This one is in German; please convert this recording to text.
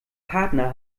partner